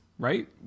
Right